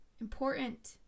important